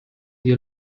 dio